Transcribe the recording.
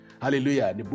Hallelujah